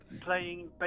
playing